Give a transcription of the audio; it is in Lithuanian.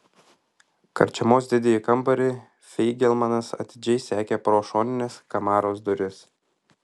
karčiamos didįjį kambarį feigelmanas atidžiai sekė pro šonines kamaros duris